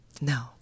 no